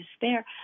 despair